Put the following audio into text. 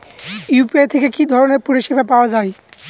UPI থেকে কি ধরণের পরিষেবা পাওয়া য়ায়?